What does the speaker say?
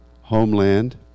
homeland